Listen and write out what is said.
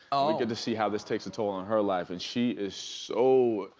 oh. you get to see how this takes a toll on her life and she is so,